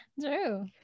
True